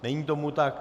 Není tomu tak.